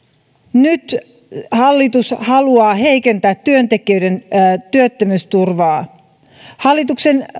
nyt hallitus haluaa heikentää työntekijöiden työttömyysturvaa hallituksen